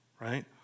right